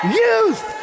youth